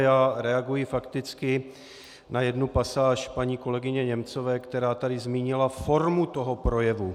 Já reaguji fakticky na jednu pasáž paní kolegyně Němcové, která tady zmínila formu toho projevu.